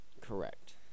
Correct